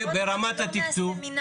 וברמת התקצוב?